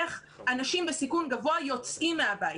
איך אנשים בסיכון גבוה יוצאים מהבית.